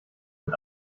mit